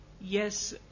yes